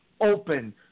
open